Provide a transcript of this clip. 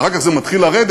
ואחר כך זה מתחיל לרדת,